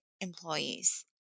employees